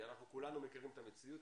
כי אנחנו כולנו מכירים את המציאות,